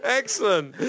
Excellent